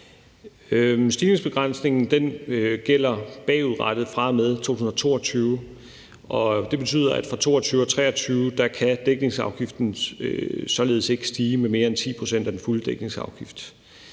Stigningsbegrænsningen gælder bagudrettet fra og med 2022, og det betyder, at for 2022 og 2023 kan dækningsafgiften således ikke stige med mere end 10 pct. af den fulde dækningsafgift.